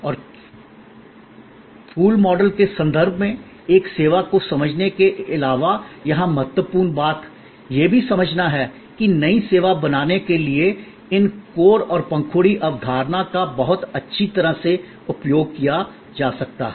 और फूल मॉडल के संदर्भ में एक सेवा को समझने के अलावा यहां महत्वपूर्ण बात यह भी समझना है कि नई सेवा बनाने के लिए इन कोर और पंखुड़ी अवधारणा का बहुत अच्छी तरह से उपयोग किया जा सकता है